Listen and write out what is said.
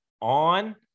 on –